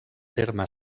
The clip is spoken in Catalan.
terme